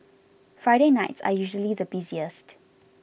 Friday nights are usually the busiest